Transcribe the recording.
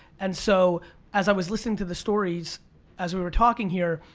and so as i was listening to the stories as we were talking here,